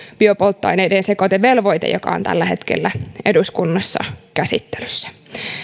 biopolttoaineiden sekoitevelvoitteen joka on tällä hetkellä eduskunnassa käsittelyssä